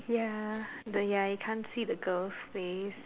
ya the ya you can't see the girl's face